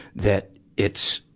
that it's,